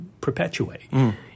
perpetuate